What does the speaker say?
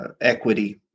equity